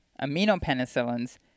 aminopenicillins